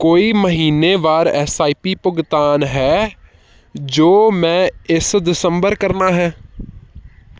ਕੋਈ ਮਹੀਨਾਵਾਰ S I P ਭੁਗਤਾਨ ਹੈ ਜੋ ਮੈਂ ਇਸ ਦਸੰਬਰ ਕਰਨਾ ਹੈ